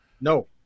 No